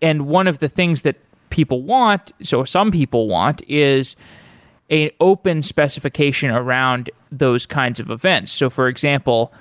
and one of the things that people want so some people want is an open specification around those kinds of events. so for example,